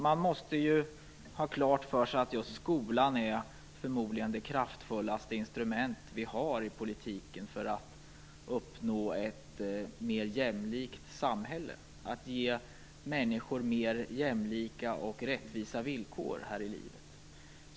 Man måste ha klart för sig att skolan förmodligen är det mest kraftfulla instrument som vi har i politiken för att uppnå ett mer jämlikt samhälle, där människor ges mer jämlika och rättvisa villkor i livet.